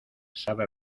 sabe